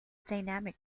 dynamic